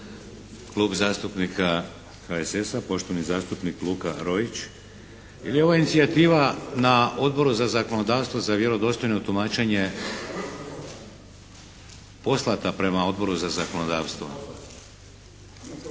Klub zastupnika HSS-a, poštovani zastupnik Luka Roić. Je li ova inicijativa na Odboru za zakonodavstvo za vjerodostojno tumačenje poslata prema Odboru za zakonodavstvo?